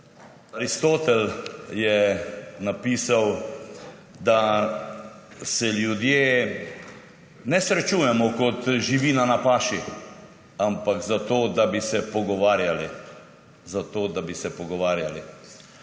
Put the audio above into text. Aristotel je napisal, da se ljudje ne srečujemo kot živina na paši, ampak zato, da bi se pogovarjali. Zato, da bi se pogovarjali.